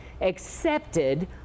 accepted